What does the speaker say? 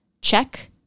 check